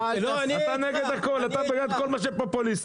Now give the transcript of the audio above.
אתה נגד הכול אתה בעד כל מה שפופוליסטי,